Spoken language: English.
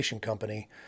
company